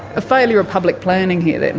a failure of public planning here,